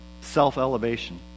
self-elevation